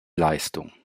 leistung